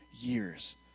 years